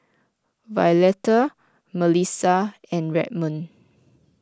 Violetta Melissa and Redmond